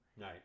Right